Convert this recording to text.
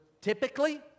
typically